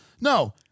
no